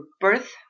birth